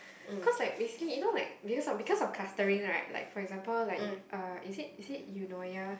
cause like basically you know like because of because of clustering right like for example like uh is it is it Eunoia